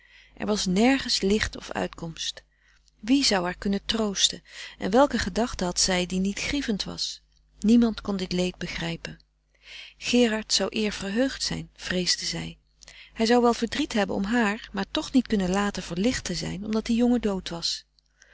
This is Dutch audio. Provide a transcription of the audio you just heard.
er was nergens licht of uitkomst wie zou haar kunnen troosten en welke gedachte had zij die niet grievend was niemand kon dit leed begrijpen gerard zou eer verheugd zijn vreesde zij hij zou wel verdriet hebben om haar maar toch niet kunnen laten verlicht te zijn omdat die jongen dood was